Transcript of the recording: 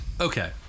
okay